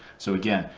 so again,